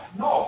no